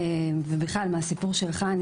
ומהסיפור שלך,